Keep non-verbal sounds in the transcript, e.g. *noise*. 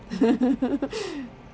*laughs*